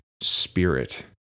spirit